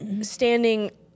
standing